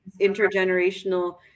intergenerational